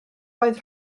roedd